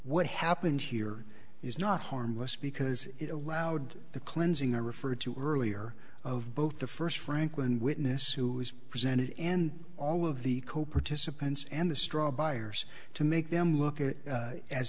what happened here is not harmless because it allowed the cleansing i referred to earlier of both the first franklin witness who was present and all of the co participants and the straw buyers to make them look at it